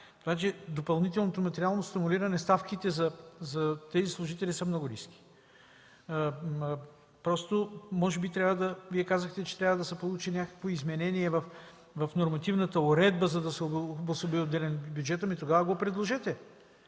знае! В допълнителното материално стимулиране ставките за тези служители са много ниски. Просто Вие казахте, че трябва да се получи някакво изменение в нормативната уредба, за да се обособи отделен бюджет. Ами, тогава го предложете!